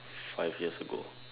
five years ago